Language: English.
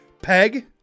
Peg